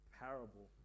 parable